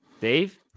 Dave